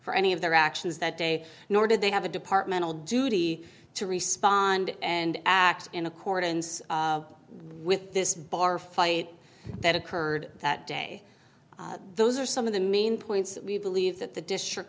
for any of their actions that day nor did they have a departmental duty to respond and act in accordance with this bar fight that occurred that day those are some of the main points that we believe that the district